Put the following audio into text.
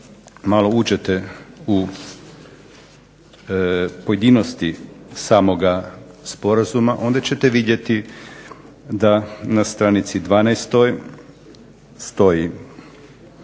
malo uđete u pojedinosti samog sporazuma onda ćete vidjeti da na stranici 12. stoji: